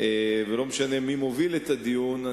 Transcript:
ולא משנה מי מוביל את הדיון,